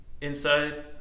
inside